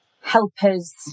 helpers